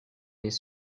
des